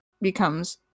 becomes